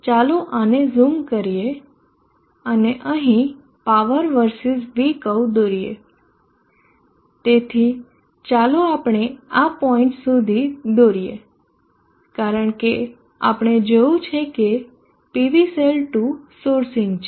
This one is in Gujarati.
ચાલો આને ઝૂમ કરીએ અને અહીં power verse v કર્વ દોરીએ તેથી ચાલો આપણે આ પોઇન્ટ સુધી દોરીએ કારણ કે આપણે જોયું કે PV સોર્સ2 સોર્સિંગ છે